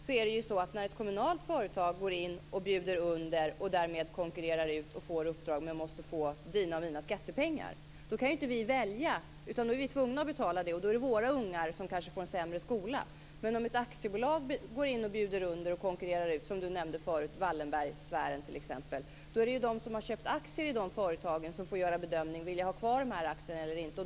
När ett kommunalt företag bjuder under och konkurrerar ut andra för att få ett uppdrag gäller det dina och mina skattepengar. Vi kan då inte välja utan är tvungna att betala, och det leder kanske till att våra ungar får en sämre skola. Mats nämnde tidigare, bjuder under och konkurrerar ut, får de som har köpt aktier i det företaget bedöma om de vill ha kvar aktierna eller inte.